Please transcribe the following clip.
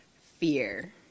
Fear